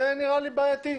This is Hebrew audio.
זה נראה לי בעייתי.